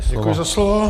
Děkuji za slovo.